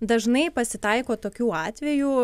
dažnai pasitaiko tokių atvejų